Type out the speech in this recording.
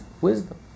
wisdom